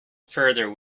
further